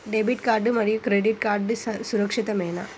Debit card మరియు credit card సురక్షితమేనా?